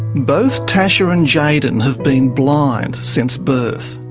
both tasha and jayden have been blind since birth,